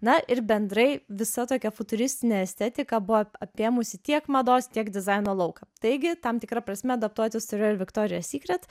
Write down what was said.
na ir bendrai visa tokia futuristinė estetika buvo apėmusi tiek mados tiek dizaino lauką taigi tam tikra prasme adaptuotis turėjo ir viktorija sykret